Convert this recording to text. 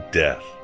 death